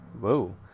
whoa